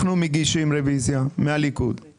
אנחנו מאוד שמחים שהם כאן בכנסת ורואים את העבודה